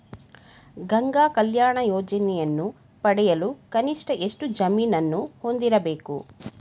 ಗಂಗಾ ಕಲ್ಯಾಣ ಯೋಜನೆಯನ್ನು ಪಡೆಯಲು ಕನಿಷ್ಠ ಎಷ್ಟು ಜಮೀನನ್ನು ಹೊಂದಿರಬೇಕು?